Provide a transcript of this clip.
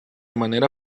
manera